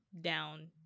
down